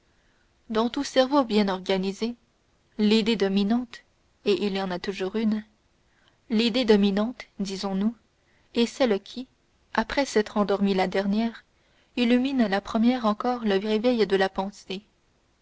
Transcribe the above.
dans tout cerveau bien organisé l'idée dominante et il y en a toujours une l'idée dominante disons-nous est celle qui après s'être endormie la dernière illumine la première encore le réveil de la pensée